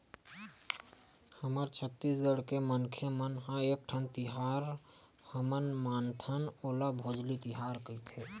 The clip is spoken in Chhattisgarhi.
हमर छत्तीसगढ़ के मनखे मन ह एकठन तिहार हमन मनाथन ओला भोजली तिहार कइथे